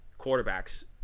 quarterbacks